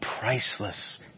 priceless